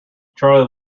charley